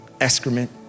excrement